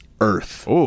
earth